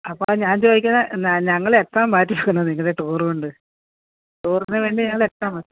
അപ്പോൾ ഞാന് ചോദിക്കുന്നത് എന്നാ ഞങ്ങൾ എക്സാം മാറ്റിവെക്കണോ നിങ്ങളുടെ ടൂറ് കൊണ്ട് ടൂറിനുവേണ്ടി ഞങ്ങൾ എക്സാമ്